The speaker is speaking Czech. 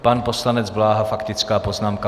Pan poslanec Bláha faktická poznámka.